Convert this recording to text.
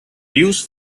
deuce